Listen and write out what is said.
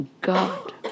God